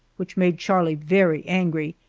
which made charlie very angry,